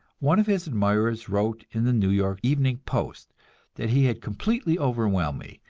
one of his admirers wrote in the new york evening post that he had completely overwhelmed me,